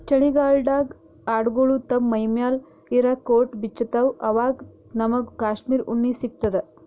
ಚಳಿಗಾಲ್ಡಾಗ್ ಆಡ್ಗೊಳು ತಮ್ಮ್ ಮೈಮ್ಯಾಲ್ ಇರಾ ಕೋಟ್ ಬಿಚ್ಚತ್ತ್ವಆವಾಗ್ ನಮ್ಮಗ್ ಕಾಶ್ಮೀರ್ ಉಣ್ಣಿ ಸಿಗ್ತದ